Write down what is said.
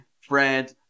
Fred